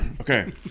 Okay